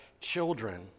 children